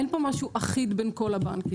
אין פה משהו אחיד בין כל הבנקים,